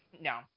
No